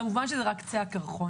כמובן זה רק קצה הקרחון.